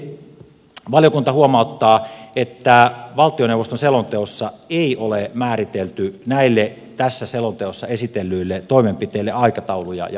lopuksi valiokunta huomauttaa että valtioneuvoston selonteossa ei ole määritelty näille tässä selonteossa esitellyille toimenpiteille aikatauluja ja vastuutahoja